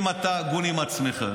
אם אתה הגון עם עצמך,